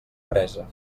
presa